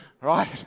right